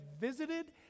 visited